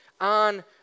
on